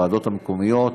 הוועדות המקומיות,